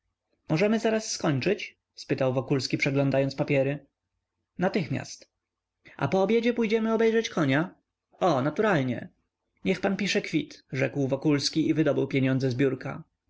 możemy zaraz skończyć spytał wokulski przeglądając papiery natychmiast a po obiedzie pójdziemy obejrzeć konia o naturalnie niech pan pisze kwit rzekł wokulski i wydobył pieniądze